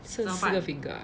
剩四个 finger ah